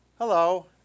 Hello